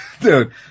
Dude